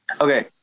Okay